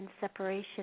separation